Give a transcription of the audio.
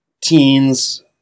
teens